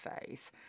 phase